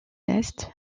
est